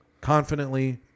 confidently